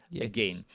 again